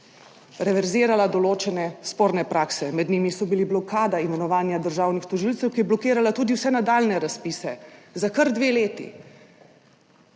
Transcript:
reverzirala določene sporne prakse. Med njimi so bili: blokada imenovanja državnih tožilcev, kjer je blokirala tudi vse nadaljnje razpise za kar dve leti.